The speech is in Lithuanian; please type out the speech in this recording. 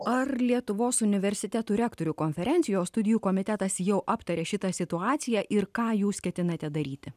ar lietuvos universitetų rektorių konferencijos studijų komitetas jau aptarė šitą situaciją ir ką jūs ketinate daryti